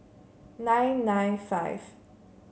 nine nine five